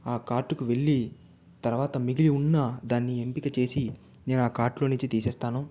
ఆ కార్ట్ కు వెళ్లి తర్వాత మిగిలి ఉన్న దాన్నీ ఎంపిక చేసి నేను ఆ కార్ట్ లో నుంచి తీసేస్తాను